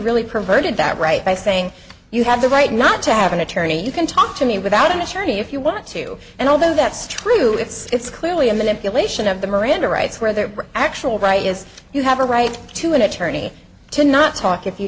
really perverted that right by saying you have the right not to have an attorney you can talk to me without an attorney if you want to and although that's true it's clearly a manipulation of the miranda rights where the actual right is you have a right to an attorney to not talk if you